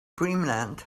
dreamland